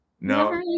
no